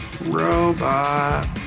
Robot